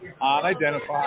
unidentified